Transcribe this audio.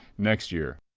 next year.